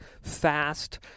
fast